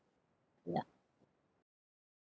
yeah